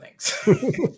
thanks